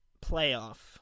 playoff